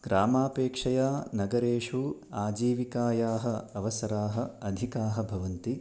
ग्रामापेक्षया नगरेषु आजीविकायाः अवसराः अधिकाः भवन्ति